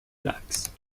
العكس